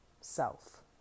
self